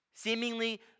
Seemingly